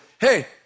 Hey